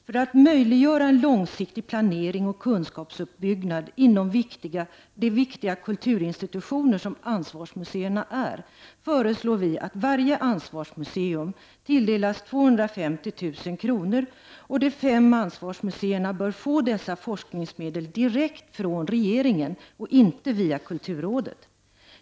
För att möjliggöra en långsiktig planering och kunskapsuppbyggnad inom de viktiga kulturinstitutioner som ansvarsmuseerna är föreslår vi att varje ansvarsmuseum tilldelas 250 000 kr., och de fem ansvarsmuseerna bör få dessa forskningsmedel direkt från regeringen och inte via kulturrådet.